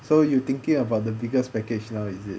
so you thinking about the biggest package now is it